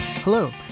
Hello